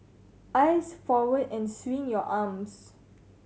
eyes forward and swing your arms